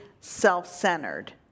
self-centered